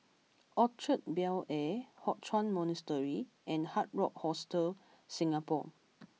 Orchard Bel Air Hock Chuan Monastery and Hard Rock Hostel Singapore